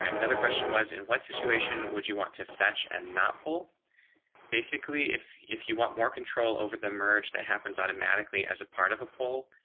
ah another question was, in what situation, would you want to fetch and not pull basically if if you want more control over the merge that happens automatically as a part of a pole,